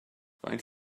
faint